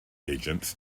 agents